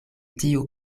tiu